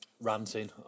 ranting